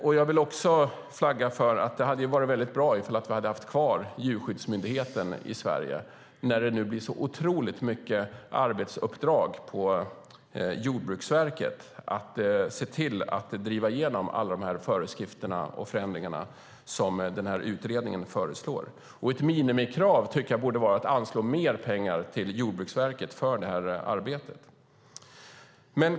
Det hade också varit bra att ha kvar Djurskyddsmyndigheten i Sverige när det nu blir så många uppdrag för Jordbruksverket att driva igenom alla föreskrifter och förändringar som utredningen föreslår. Ett minimikrav borde vara att anslå mer pengar till Jordbruksverket för detta arbete.